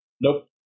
nope